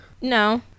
No